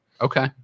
Okay